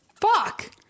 Fuck